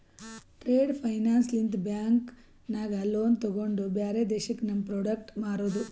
trade finance ಲಿಂತ bank ನಾಗ್ loan ತೊಗೊಂಡು ಬ್ಯಾರೆ ದೇಶಕ್ಕ ನಮ್ ಪ್ರೋಡಕ್ಟ್ ಮಾರೋದು